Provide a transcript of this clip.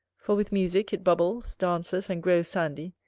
for with musick it bubbles, dances, and grows sandy,